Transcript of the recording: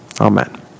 Amen